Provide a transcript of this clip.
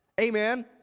Amen